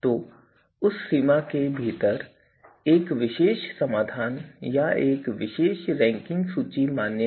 तो उस सीमा के भीतर एक विशेष समाधान या एक विशेष रैंकिंग सूची मान्य है